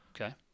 Okay